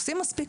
עושים מספיק?